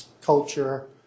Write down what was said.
culture